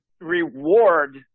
reward